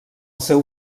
seu